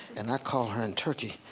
and i call her in turkey,